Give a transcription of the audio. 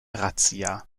razzia